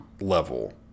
level